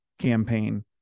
campaign